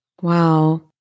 Wow